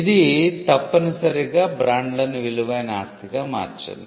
ఇది తప్పనిసరిగా బ్రాండ్లను విలువైన ఆస్తిగా మార్చింది